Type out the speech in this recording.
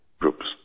groups